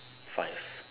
five